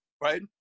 right